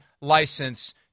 license